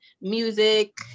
music